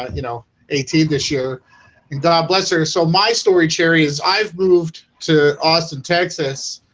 ah you know eighteen this year and god bless her. so my story cherries. i've moved to austin, texas